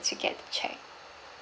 to get the cheque